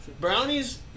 Brownies